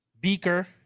Beaker